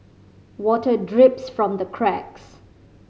water drips from the cracks